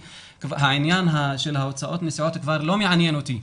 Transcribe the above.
העניין של הוצאות נסיעות כבר לא מעניין אותי.